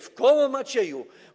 W koło Macieju.